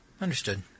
understood